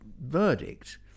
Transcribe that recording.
verdict